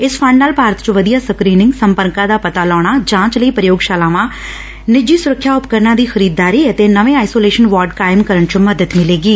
ਇਸ ਫੰਡ ਨਾਲ ਭਾਰਤ ਚ ਵਧੀਆ ਸਕਰੀਨਿੰਗ ਸੰਪਰਕਾਂ ਦਾ ਪਤਾ ਲਾਉਣਾ ਜਾਂਚ ਲਈ ਪੁਯੋਗਸ਼ਾਲਾਵਾਂ ਨਿੱਜੀ ਸੁਰੱਖਿਆ ਉਪਕਰਨਾਂ ਦੀ ਖਰੀਦਦਾਰੀ ਅਤੇ ਨਵੇਂ ਆਈਸੋਲੇਸ਼ਨ ਵਾਰਡ ਕਾਇਮ ਕਰਨ ਚ ਮਦਦ ਮਿਲੇਗੀ